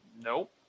Nope